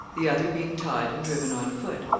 the other being tied and driven on foot.